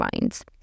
minds